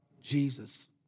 Jesus